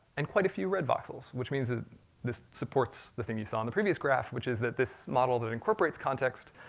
and quite a few red voxels, which means ah this supports the thing you saw in the previous graph, which is that this model that incorporates context,